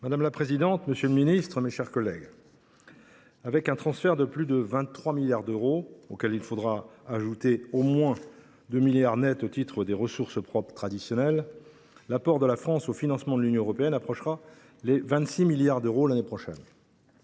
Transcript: Madame la présidente, monsieur le ministre, mes chers collègues, avec un transfert de plus de 23 milliards d’euros, auxquels il faudra ajouter au moins 2 milliards d’euros net au titre des ressources propres traditionnelles, l’apport de la France au financement de l’Union européenne approchera les 26 milliards d’euros l’année prochaine.